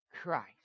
Christ